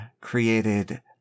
created